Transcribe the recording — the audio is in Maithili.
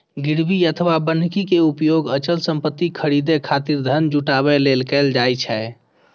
गिरवी अथवा बन्हकी के उपयोग अचल संपत्ति खरीदै खातिर धन जुटाबै लेल कैल जाइ छै